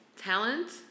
talent